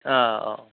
ओ औ